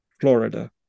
Florida